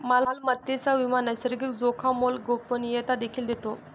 मालमत्तेचा विमा नैसर्गिक जोखामोला गोपनीयता देखील देतो